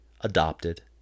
adopted